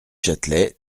châtelet